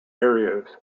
areas